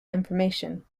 information